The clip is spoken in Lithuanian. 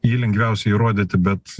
jį lengviausia įrodyti bet